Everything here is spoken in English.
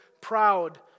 proud